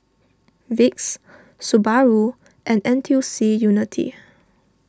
Vicks Subaru and N T U C Unity